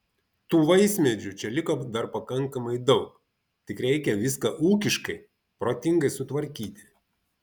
tų vaismedžių čia liko dar pakankamai daug tik reikia viską ūkiškai protingai sutvarkyti